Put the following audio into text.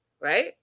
right